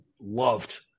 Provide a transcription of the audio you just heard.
loved